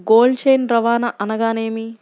Cold chain రవాణా అనగా నేమి?